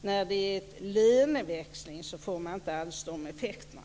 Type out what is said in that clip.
När det gäller löneväxling får man inte alls de effekterna.